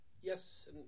Yes